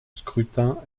scrutin